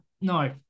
no